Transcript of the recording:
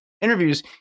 interviews